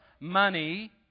money